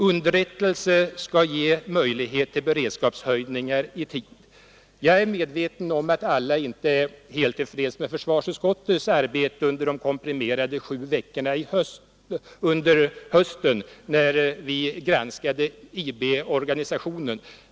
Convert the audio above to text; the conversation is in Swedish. Underrättelser skall ge möjligheter till beredskapshöjningar i tid. Jag är medveten om att alla inte är helt till freds med försvarsutskottets arbete under de komprimerade veckorna i höstas då vi granskade IB-organisationen.